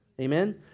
Amen